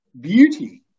Beauty